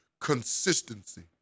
consistency